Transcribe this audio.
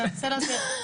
אני אנסה להסביר,